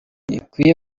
ikwiye